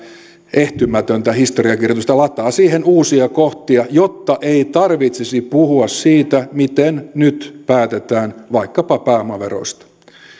ehtymätöntä historiankirjoitusta läpi ja lataa siihen uusia kohtia jotta ei tarvitsisi puhua siitä miten nyt päätetään vaikkapa pääomaveroista